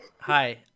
Hi